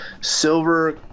silver